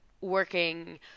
working